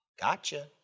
Gotcha